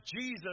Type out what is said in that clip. Jesus